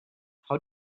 how